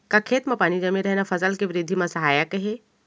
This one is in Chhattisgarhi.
का खेत म पानी जमे रहना फसल के वृद्धि म सहायक हे?